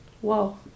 whoa